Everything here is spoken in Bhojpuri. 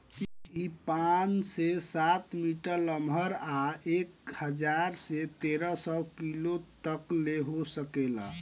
इ पाँच से सात मीटर लमहर आ एक हजार से तेरे सौ किलो तकले हो सकेला